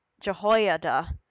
Jehoiada